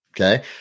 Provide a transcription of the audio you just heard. Okay